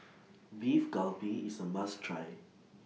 Beef Galbi IS A must Try